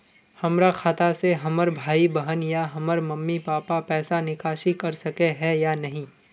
हमरा खाता से हमर भाई बहन या हमर मम्मी पापा पैसा निकासी कर सके है या नहीं?